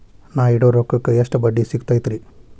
ನಾ ಇಡೋ ರೊಕ್ಕಕ್ ಎಷ್ಟ ಬಡ್ಡಿ ಸಿಕ್ತೈತ್ರಿ?